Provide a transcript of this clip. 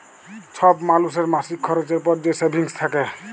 ছব মালুসের মাসিক খরচের পর যে সেভিংস থ্যাকে